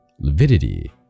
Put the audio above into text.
lividity